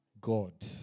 God